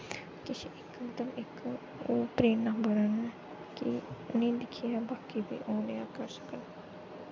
किश इक मतलब इक ओह् प्रेरणा बगैरा कि उनेंगी दिक्खियै बाकी बी ओह् नेआ करी सकन